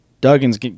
Duggan's